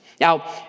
Now